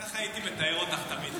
ככה הייתי מתאר אותך תמיד.